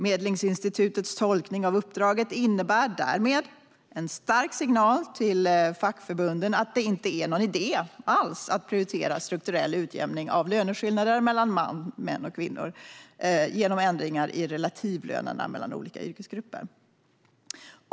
Medlingsinstitutets tolkning av uppdraget innebär därmed en stark signal till fackförbunden att det inte är någon idé alls att prioritera strukturell utjämning av löneskillnader mellan män och kvinnor genom ändringar i relativlönerna mellan olika yrkesgrupper.